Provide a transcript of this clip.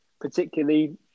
particularly